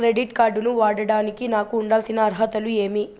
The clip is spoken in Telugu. క్రెడిట్ కార్డు ను వాడేదానికి నాకు ఉండాల్సిన అర్హతలు ఏమి?